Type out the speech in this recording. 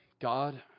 God